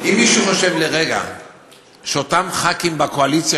אם מישהו חושב לרגע שאותם חברי כנסת בקואליציה